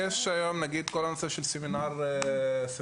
יש היום את כל הנושא של סמינר הוראה,